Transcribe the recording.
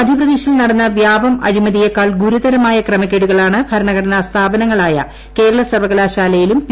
മധ്യപ്രദേശിൽ നടന്ന വ്യാപം അഴിമതിയേക്കാൾ ഗുരുതരമായ ക്രമക്കേടുകളാണ് ഭരണഘടനാ സ്ഥാപനങ്ങളായ കേരള സർവ്വകലാശാലയിലും പി